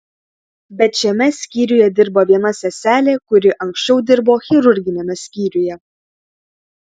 bet šiame skyriuje dirba viena seselė kuri anksčiau dirbo chirurginiame skyriuje